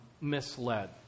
misled